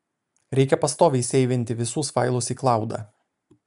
reikia pastoviai seivinti visus failus į klaudą